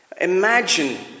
Imagine